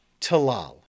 Talal